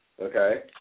Okay